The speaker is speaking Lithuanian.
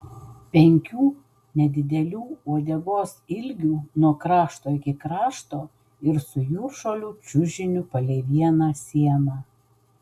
penkių nedidelių uodegos ilgių nuo krašto iki krašto ir su jūržolių čiužiniu palei vieną sieną